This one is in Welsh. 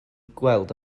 gweld